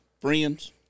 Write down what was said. friends